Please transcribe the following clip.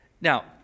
Now